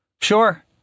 Sure